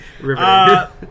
river